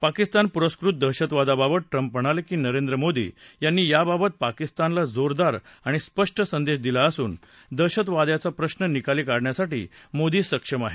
पाकिस्तान पुरस्कृत दहशतवादाबाबत ट्रंप म्हणाले की नरेंद्र मोदी यांनी याबाबत पाकिस्तानला जोरदार आणि स्पष्ट संदेश दिला असून दहशतवाद्याचा प्रश्न निकाली काढण्यासाठी मोदी सक्षम आहेत